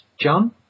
John